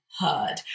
heard